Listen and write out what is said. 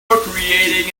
creating